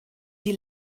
die